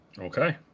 Okay